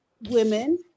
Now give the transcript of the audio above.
women